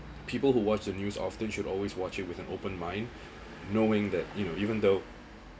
people who watch the news often should always watch it with an open mind knowing that you know even though